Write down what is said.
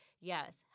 yes